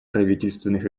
правительственных